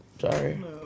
Sorry